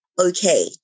okay